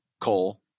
Cole